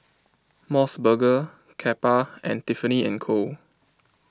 Mos Burger Kappa and Tiffany and Co